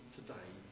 today